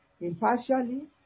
impartially